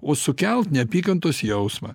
o sukelt neapykantos jausmą